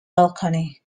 balcony